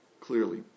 clearly